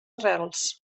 arrels